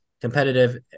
competitive